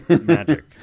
magic